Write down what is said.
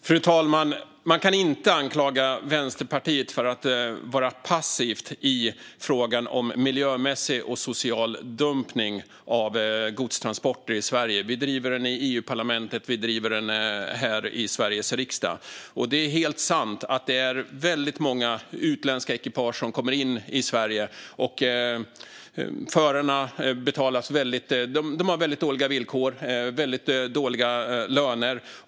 Fru talman! Man kan inte anklaga Vänsterpartiet för att vara passivt i frågan om miljömässig och social dumpning av godstransporter i Sverige. Vi driver frågan i EU-parlamentet, och vi driver den här i Sveriges riksdag. Det är helt sant att det finns många utländska ekipage som kommer in i Sverige. Förarna har dåliga villkor och dåliga löner.